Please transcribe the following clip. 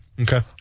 Okay